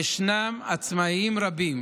ישנם עצמאים רבים